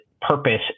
purpose